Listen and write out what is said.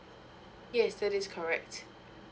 yes that is correct